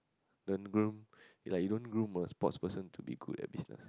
don't groom like you don't groom a sports person to be good at business